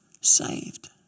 saved